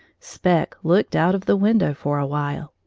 spec looked out of the window for awhile.